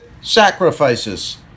Sacrifices